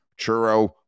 churro